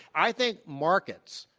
i think markets,